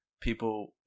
people